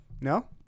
no